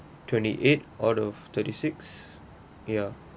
twenty eight out of thirty six ya